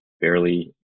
barely